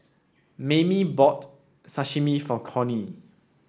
Maymie bought Sashimi for Cornie